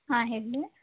ಹಾಂ ಹೇಳಿ